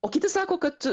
o kiti sako kad